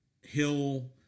Hill